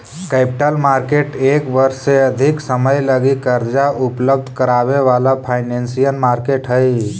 capital market एक वर्ष से अधिक समय लगी कर्जा उपलब्ध करावे वाला फाइनेंशियल मार्केट हई